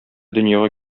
дөньяга